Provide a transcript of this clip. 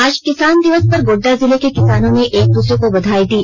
आज किसान दिवस पर गोड्डा जिले के किसानों ने एक दूसरे को बधाई दी